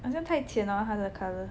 很像太浅 hor 她的 colour